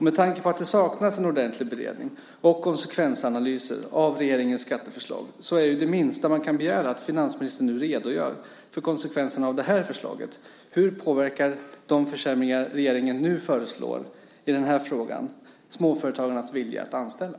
Med tanke på att det saknas en ordentlig beredning och konsekvensanalyser av regeringens skatteförslag är det minsta man kan begära att finansministern nu redogör för konsekvensen av det här förslaget. Hur påverkar de försämringar regeringen nu föreslår i den här frågan småföretagarnas vilja att anställa?